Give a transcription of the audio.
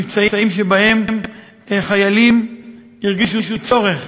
מבצעים שבהם חיילים הרגישו צורך